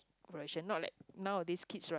version not like nowadays kids right